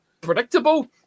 predictable